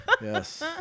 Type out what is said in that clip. Yes